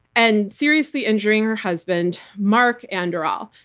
and seriously injuring her husband, mark anderl,